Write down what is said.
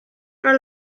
are